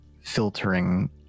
filtering